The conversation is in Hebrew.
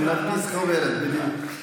כן, להדפיס חוברת, בדיוק.